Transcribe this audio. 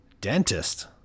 dentist